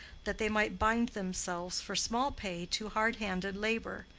that they might bind themselves for small pay to hard-handed labor.